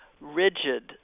rigid